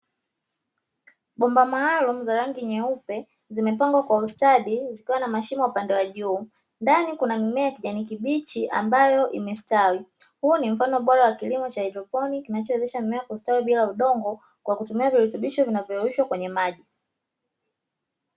Bomba maalumu za rangi nyeupe zimepangwa kwa ustadi zikiwa na mashimo pande ya juu. Ndani kuna mimea ya kijani kibichi ambayo imestawi, huu ni mfano bora wa kilimo cha haidroponi kinachowezesha mimea kustawi bila udongo kwa kutumia virutubisho vinavyoyayushwa kwenye maji.